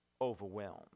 overwhelmed